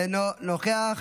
אינו נוכח.